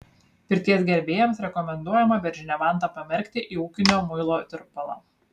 pirties gerbėjams rekomenduojama beržinę vantą pamerkti į ūkinio muilo tirpalą